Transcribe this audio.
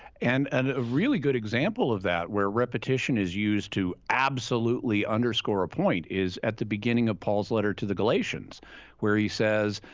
and a really good example of that where repetition is used to absolutely underscore a point, at the beginning of paul's letter to the galatians where he says,